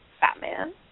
Batman